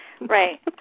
Right